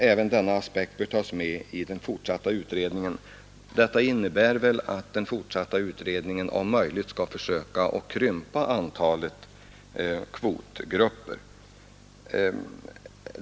Även denna aspekt bör tas med i det fortsatta utredningsarbetet.” Detta innebär väl att den fortsatta utredningen om möjligt skall försöka krympa antalet kvotgrupper.